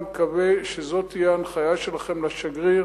אני מקווה שזו תהיה ההנחיה שלכם לשגריר